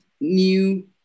new